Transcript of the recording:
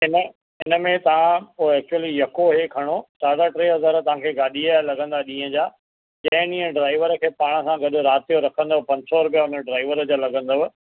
इन इन में तां पोइ एक्चयूली यको ई खणो साढा टे हज़ार तव्हां खे गाॾीअ जा लॻंदा ॾींहं जा चएनि ड्राइवर खे बि तव्हां सां गॾु राति जो रखंदव पंज सौ रुपया उन ड्राइवर जा लॻंदव